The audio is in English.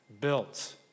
built